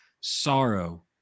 sorrow